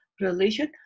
religion